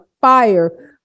fire